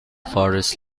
forest